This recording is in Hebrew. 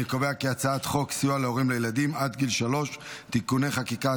אני קובע כי הצעת חוק סיוע להורים לילדים עד גיל שלוש (תיקוני חקיקה),